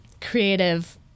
creative